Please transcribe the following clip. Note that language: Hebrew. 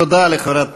תודה לחברת